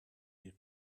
die